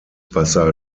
wasser